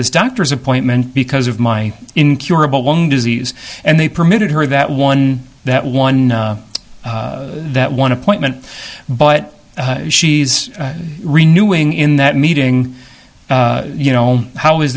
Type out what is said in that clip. this doctor's appointment because of my incurable lung disease and they permitted her that one that one that one appointment but she's renewing in that meeting you know how is